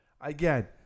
again